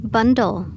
Bundle